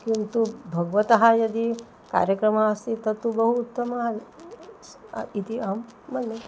किन्तु भगवतः यदि कार्यक्रमः अस्ति तत्तु बहु उत्तमः सः इति अहं मन्ये